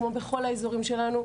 כמו בכל האזורים שלנו,